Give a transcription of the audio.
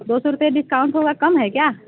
दो सौ रुपये डिस्काउंट होगा कम है क्या